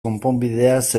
konponbideaz